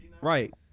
right